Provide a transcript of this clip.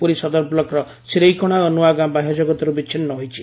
ପୁରୀ ସଦର ବ୍ଲକ୍ର ସିରେଇକଣା ଓ ନ୍ଆଗାଁ ବାହ୍ୟଜଗତରୁ ବିଛିନୁ ହୋଇଛି